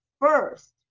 first